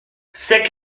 sec